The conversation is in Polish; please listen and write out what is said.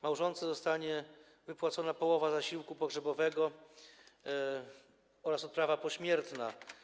Małżonce zostanie wypłacona połowa zasiłku pogrzebowego oraz odprawa pośmiertna.